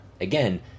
Again